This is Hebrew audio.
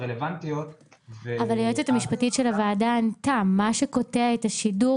הרלוונטיות --- אבל היועצת המשפטית של הוועדה ענתה מה שקוטע את השידור,